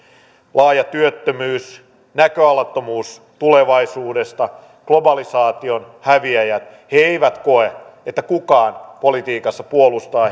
laaja työttömyys näköalattomuus tulevaisuudesta globalisaation häviäjät eivät koe että kukaan politiikassa puolustaa